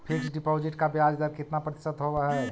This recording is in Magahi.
फिक्स डिपॉजिट का ब्याज दर कितना प्रतिशत होब है?